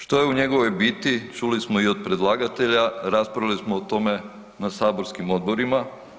Što je u njegovoj biti, čuli smo i od predlagatelja, raspravili smo o tome na saborskim odborima.